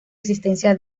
existencia